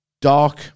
Dark